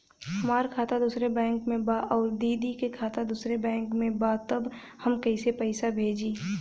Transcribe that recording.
हमार खाता दूसरे बैंक में बा अउर दीदी का खाता दूसरे बैंक में बा तब हम कैसे पैसा भेजी?